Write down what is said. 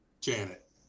Janet